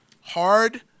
hard